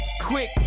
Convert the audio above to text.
quick